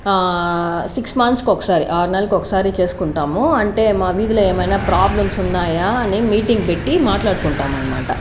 six మంత్స్కి ఒకసారి ఆరు నెలలకి ఒకసారి చేసుకుంటాము అంటే మా వీధిలో ఏమైనా ప్రాబ్లమ్స్ ఉన్నాయా అని మీటింగ్ పెట్టి మాట్లాడుకుంటాము అనమాట